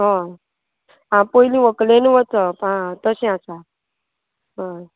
हय आं पयलीं व्हंकलेन वचप आ तशें आसा हय